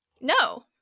no